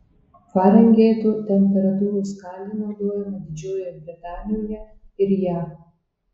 farenheito temperatūros skalė naudojama didžiojoje britanijoje ir jav